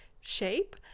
shape